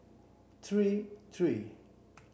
three three